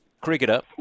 cricketer